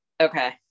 Okay